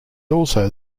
also